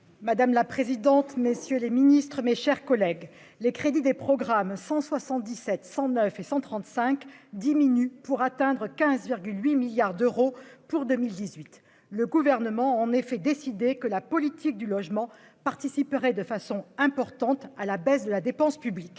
monsieur le ministre, monsieur le secrétaire d'État, mes chers collègues, les crédits des programmes 177, 109 et 135 diminuent pour atteindre 15,8 milliards d'euros pour 2018. Le Gouvernement a en effet décidé que la politique du logement participerait de façon importante à la baisse de la dépense publique.